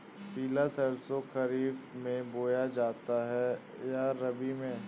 पिला सरसो खरीफ में बोया जाता है या रबी में?